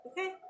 Okay